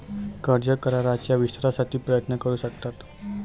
कर्ज कराराच्या विस्तारासाठी प्रयत्न करू शकतात